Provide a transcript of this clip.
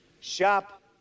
Shop